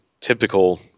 typical